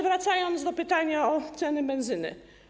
Wracając do pytania o ceny benzyny.